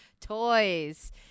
toys